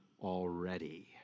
already